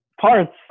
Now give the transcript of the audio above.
parts